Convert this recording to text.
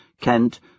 Kent